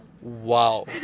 Wow